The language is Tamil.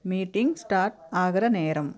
மீட்டிங் ஸ்டார்ட் ஆகிற நேரம்